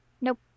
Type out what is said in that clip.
nope